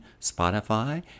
Spotify